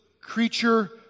creature